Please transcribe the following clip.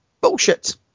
Bullshit